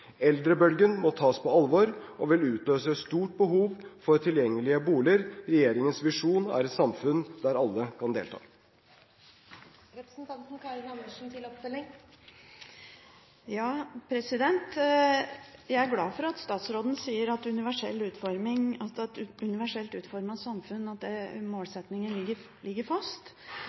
Eldrebølgen må tas på alvor og vil utløse et stort behov for tilgjengelige boliger. Regjeringens visjon er et samfunn der alle kan delta. Jeg er glad for at statsråden sier at målsettingen om et universelt utformet samfunn ligger fast. Jeg har også sett i regjeringserklæringen at det